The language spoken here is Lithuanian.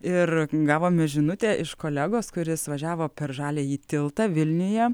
ir gavome žinutę iš kolegos kuris važiavo per žaliąjį tiltą vilniuje